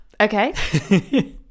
Okay